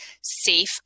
safe